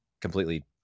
completely